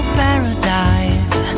paradise